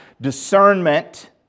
discernment